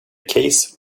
case